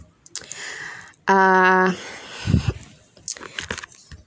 ah